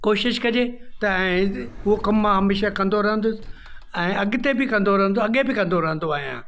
कोशिश कजे त उहो कम मां हमेशा कंदो रहुंदुसि ऐं अॻिते बि कंदो रहंदो अॻे बि कंदो रहंदो आहियां